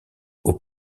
aux